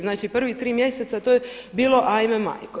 Znači prvih 3 mjeseca to je bilo ajme majko.